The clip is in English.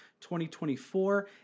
2024